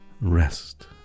rest